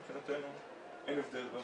מבחינתנו אין הבדל.